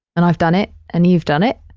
and i've done it. and you've done it.